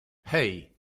hey